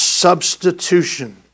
substitution